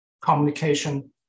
communication